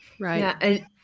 Right